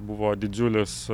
buvo didžiulis